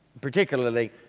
particularly